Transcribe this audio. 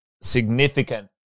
significant